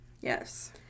yes